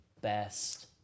best